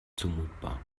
zumutbar